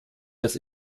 als